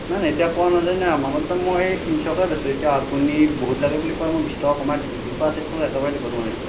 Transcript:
নাই নাই এতিয়া পোৱা নাযায় মালৰ দাম মই তিনিশকৈ বেচোঁ এতিয়া আপুনি বহুত লাগে বুলি কোৱাত মই বিশ টকা কমাই দিছোঁ দুশ আশীৰ তলত একেবাৰে দিব নোৱাৰিম